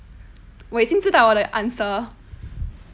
我已经知道我的 answer